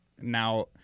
now